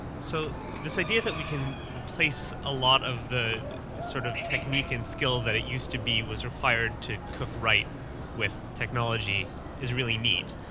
so this idea that we can replace a lot of the sort of technique and skill that used to be was required to cook right with technology is really neat.